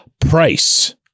price